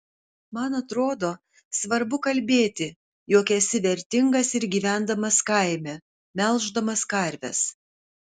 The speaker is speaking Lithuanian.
man atrodo svarbu kalbėti jog esi vertingas ir gyvendamas kaime melždamas karves